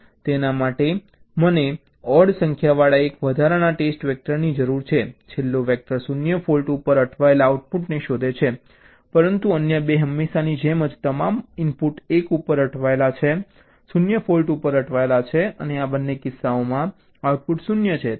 તેના માટે મને ઑડ સંખ્યાવાળા 1 વધારાના ટેસ્ટ વેક્ટરની જરૂર છે છેલ્લો વેક્ટર 0 ફૉલ્ટ ઉપર અટવાયેલા આઉટપુટને શોધે છે પરંતુ અન્ય 2 હંમેશની જેમ જ તમામ ઇનપુટ 1 ઉપર અટવાયેલા છે 0 ફૉલ્ટ ઉપર અટવાયેલા છે અને આ બંને કિસ્સાઓમાં આઉટપુટ 0 છે